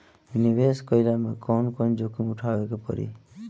निवेस कईला मे कउन कउन जोखिम उठावे के परि?